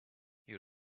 you